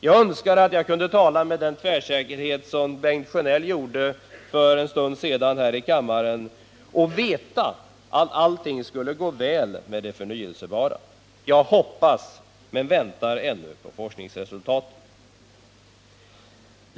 Jag önskar att jag kunde tala med den tvärsäkerhet som Bengt Sjönell gjorde för en stund sedan här i kammaren och veta att allting skulle gå väl med de förnyelsebara energikällorna. Jag hoppas, men väntar ändå på forskningsresultaten.